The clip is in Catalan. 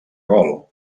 gol